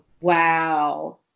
wow